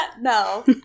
No